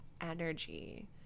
energy